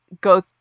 go